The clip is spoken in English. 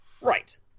Right